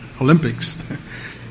Olympics